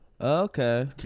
Okay